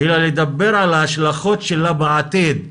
אלא לדבר על ההשלכות שלה בעתיד,